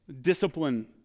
discipline